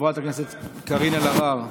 חברת הכנסת קארין אלהרר,